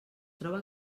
troba